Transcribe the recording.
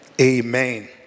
Amen